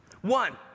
One